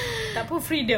ataupun freedom